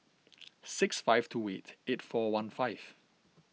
six five two weight eight four one five